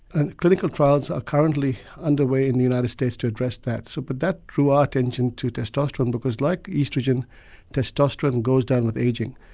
and clinical trials are currently underway in the united states to address that, so but that drew our attention to testosterone because like oestrogen testosterone goes down with ageing.